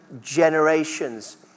generations